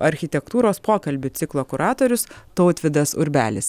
architektūros pokalbių ciklo kuratorius tautvydas urbelis